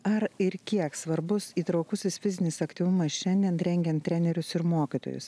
ar ir kiek svarbus įtraukusis fizinis aktyvumas šiandien rengiant trenerius ir mokytojus